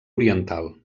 oriental